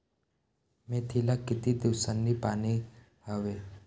मेथीला किती दिवसांनी पाणी द्यावे?